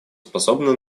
способно